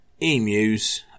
emus